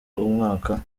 umwaka